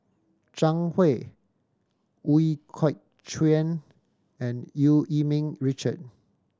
Zhang Hui Ooi Kok Chuen and Eu Yee Ming Richard